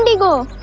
and go